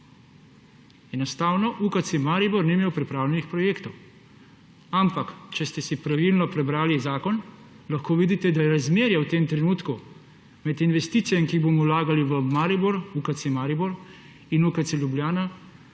enostavno. UKC Maribor ni imel pripravljenih projektov, ampak če ste si pravilno prebrali zakon, lahko vidite, da je razmerje v tem trenutku med investicijami, ki jih bomo vlagali v UKC Maribor in UKC Ljubljana,